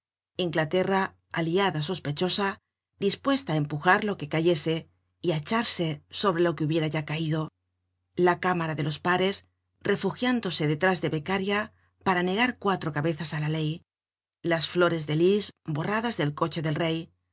inglaterra aliada sospechosa dispuesta á empujar lo que cayese y á echarse sobre lo que hubiera ya caido la cámara de los pares refugiándose detrás de beccaria para negar cuatro cabezas á la ley las flores de lis borradas del coche del rey la